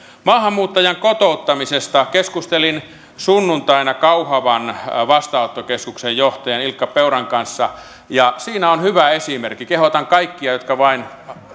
maahanmuuttajien kotouttamisesta keskustelin sunnuntaina kauhavan vastaanottokeskuksen johtajan ilkka peuran kanssa ja siinä on hyvä esimerkki kehotan kaikkia jotka vain